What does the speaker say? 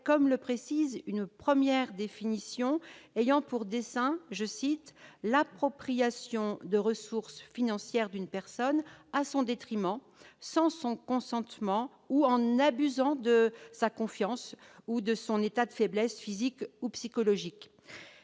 comme le précise une première définition, « l'appropriation de ressources financières [d'une personne] à son détriment, sans son consentement ou en abusant de sa confiance ou de son état de faiblesse physique ou psychologique ».